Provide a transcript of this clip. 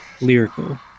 lyrical